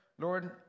Lord